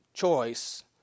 choice